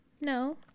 no